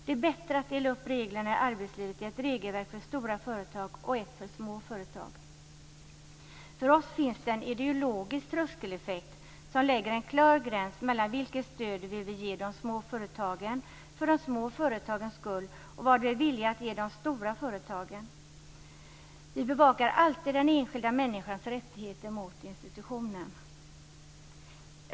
Det är bättre att dela upp reglerna i arbetslivet i ett regelverk för stora företag och ett för små företag. För oss finns det en ideologisk tröskeleffekt som drar en klar gräns mellan vilket stöd vi vill ge de små företagen för de små företagens skull och vad vi är villiga att ge de stora företagen. Vi bevakar alltid den enskilda människans rättigheter mot institutionen.